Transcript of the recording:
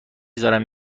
زارن